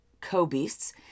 co-beasts